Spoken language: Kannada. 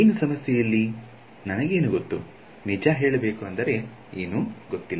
ಏನು ಸಮಸ್ಯೆ ಇಲ್ಲಿ ನನಗೆ ಏನು ಗೊತ್ತು ನಿಜ ಹೇಳಬೇಕು ಅಂದರೆ ಏನು ಗೊತ್ತಿಲ್ಲ